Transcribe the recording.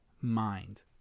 mind